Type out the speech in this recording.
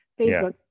Facebook